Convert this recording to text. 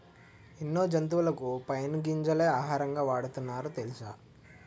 ఎన్నో జంతువులకు పైన్ గింజలే ఆహారంగా వాడుతున్నారు తెలుసా?